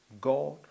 God